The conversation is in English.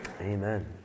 Amen